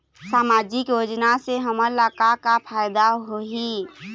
सामाजिक योजना से हमन ला का का फायदा होही?